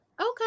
Okay